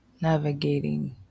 Navigating